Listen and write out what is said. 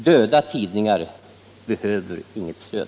Döda tidningar behöver inget stöd.